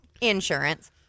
insurance